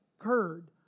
occurred